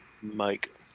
Mike